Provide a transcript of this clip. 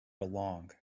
along